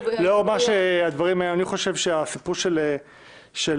במסגרת הדברים האלו ולאורם הסיפור של פרישה,